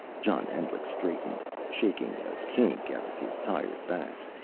john endlich, straightened, shaking a kink out of his tired back.